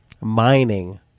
mining